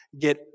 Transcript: get